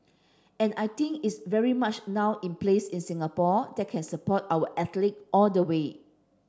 and I think it's very much now in place in Singapore that can support our athlete all the way